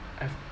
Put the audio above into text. I've